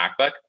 Macbook